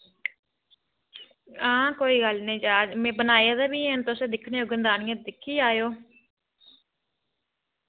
हां कोई गल्ल नि जा में बी बनाए दे बी हैन तुसैं दिक्खने होंगन ते आह्नियै दिक्खी आएओ